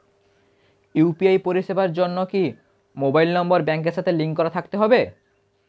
UPI পরিষেবার জন্য কি মোবাইল নাম্বার ব্যাংকের সাথে লিংক করা থাকতে হবে?